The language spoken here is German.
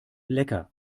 lecker